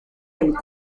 del